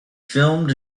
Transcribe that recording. filmed